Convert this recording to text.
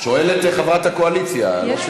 שואלת חברת הקואליציה.